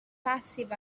passive